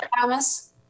Thomas